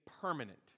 permanent